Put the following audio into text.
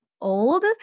old